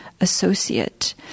associate